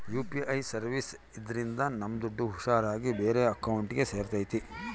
UPI services ಇದ್ರಿಂದ ನಮ್ ದುಡ್ಡು ಹುಷಾರ್ ಆಗಿ ಬೇರೆ ಅಕೌಂಟ್ಗೆ ಸೇರ್ತೈತಿ